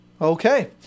Okay